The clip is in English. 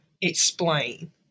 explain